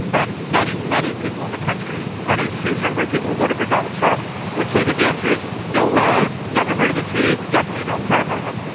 and many, many people in the country, and a huge number of people who voted for donald trump would say that the answer is, no way. i never heard of the treaty, definitely don't care about it.